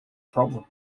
problem